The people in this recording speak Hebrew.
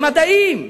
במדעים,